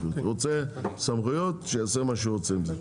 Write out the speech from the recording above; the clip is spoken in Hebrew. רוצה סמכויות, שיעשה מה שהוא רוצה עם זה.